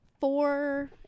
four